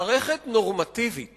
מערכת נורמטיבית